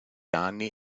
anni